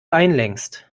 einlenkst